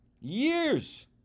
Years